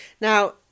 Now